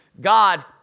God